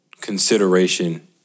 consideration